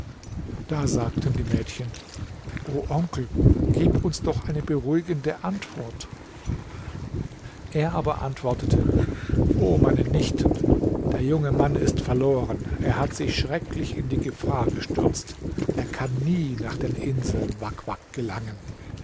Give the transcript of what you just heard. da sagten die mädchen o onkel gib uns doch eine beruhigende antwort aber er antwortete o meine nichten der junge mann ist verloren er hat sich schrecklich in die gefahr gestürzt er kann nie nach den inseln wak wak gelangen